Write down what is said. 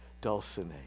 Dulcinea